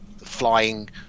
flying